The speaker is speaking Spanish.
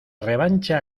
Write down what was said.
revancha